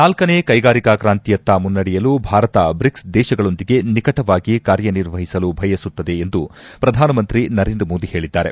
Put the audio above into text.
ನಾಲ್ಕನೇ ಕೈಗಾರಿಕಾ ಕಾಂತಿಯತ್ತ ಮುನ್ನೆಡೆಯಲು ಭಾರತ ಬ್ರಿಕ್ಸ್ ದೇಶಗಳೊಂದಿಗೆ ನಿಕಟವಾಗಿ ಕಾರ್ಯನಿರ್ವಹಿಸಲು ಬಯಸುತ್ತದೆ ಎಂದು ಪ್ರಧಾನಮಂತ್ರಿ ನರೇಂದ್ರ ಮೋದಿ ಹೇಳಿದ್ದಾರೆ